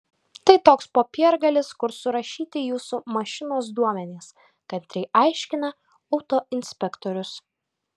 tai toks popiergalis kur surašyti jūsų mašinos duomenys kantriai aiškina autoinspektorius